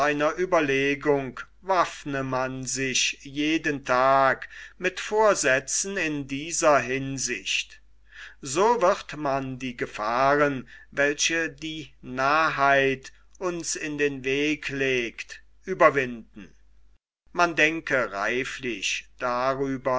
ueberlegung waffne man sich jeden tag mit vorsätzen in dieser hinsicht so wird man die gefahren welche die narrheit uns in den weg legt überwinden man denke reiflich